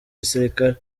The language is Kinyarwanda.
gisirikare